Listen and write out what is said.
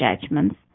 judgments